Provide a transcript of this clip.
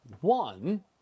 One